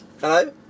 Hello